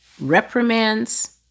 reprimands